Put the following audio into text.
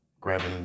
grabbing